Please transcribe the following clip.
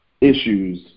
issues